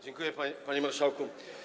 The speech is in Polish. Dziękuję, panie marszałku.